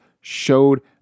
showed